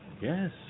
Yes